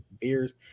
beers